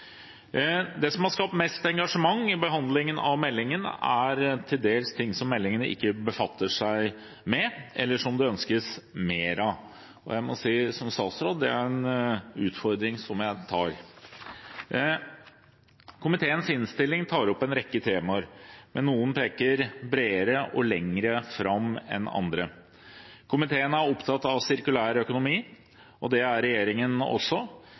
har skapt mest engasjement i behandlingen av meldingen, er til dels ting som meldingen ikke befatter seg med, eller som det ønskes mer av. Det er en utfordring jeg som statsråd tar. Komiteens innstilling tar opp en rekke temaer, men noen peker bredere og lenger fram enn andre. Komiteen er opptatt av sirkulær økonomi, og det er regjeringen også.